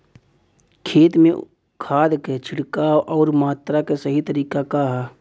खेत में खाद क छिड़काव अउर मात्रा क सही तरीका का ह?